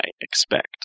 expect